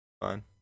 Fine